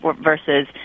versus